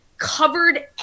covered